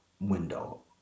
window